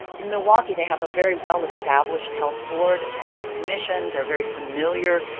in milwaukee, they have a very well-established health board and health commission. they're very familiar.